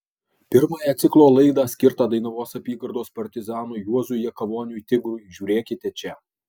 pirmąją ciklo laidą skirtą dainavos apygardos partizanui juozui jakavoniui tigrui žiūrėkite čia